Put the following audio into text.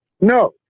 No